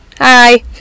hi